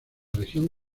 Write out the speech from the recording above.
región